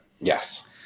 Yes